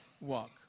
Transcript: walk